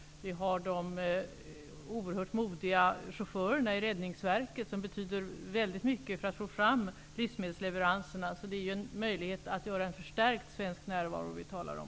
Vidare har vi de oerhört modiga chaufförerna i Räddningsverket, som betyder mycket för att få fram livsmedelsleveranserna. Det är alltså en möjlighet till förstärkt svensk närvaro som vi talar om.